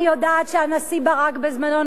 אני יודעת שהנשיא ברק בזמנו,